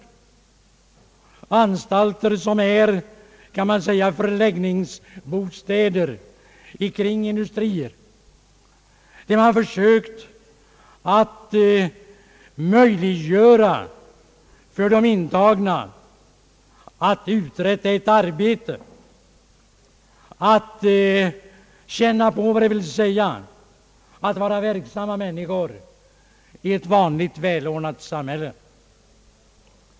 Dessa nya anstalter kan närmast karaktäriseras som förläggningsbostäder kring industrier, där de intagna får pröva på att uträtta ett arbete, att känna på vad det vill säga att vara verksamma människor i ett vanligt, välordnat samhälle.